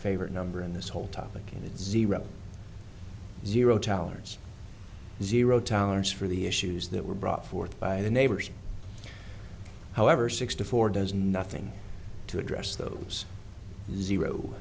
favorite number in this whole topic in the zero zero tolerance zero tolerance for the issues that were brought forth by the neighbors however sixty four does nothing to address those zero